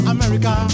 America